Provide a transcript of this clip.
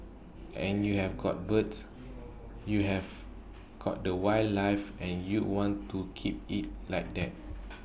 and you have got birds you have got the wildlife and you want to keep IT like that